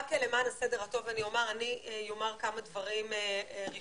רק למען הסדר הטוב אני אומר כמה דברים ראשונים,